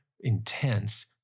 intense